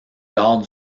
lors